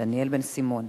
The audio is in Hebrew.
דניאל בן-סימון.